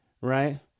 right